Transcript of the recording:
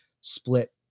split